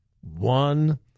One